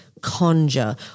conjure